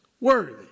Worthy